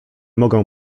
moge